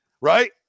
Right